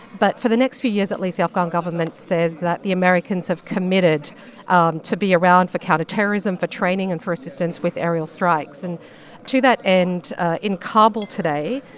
but for the next few years at least, the afghan government says that the americans have committed um to be around for counterterrorism, for training and for assistance with aerial strikes. and to that end in kabul today,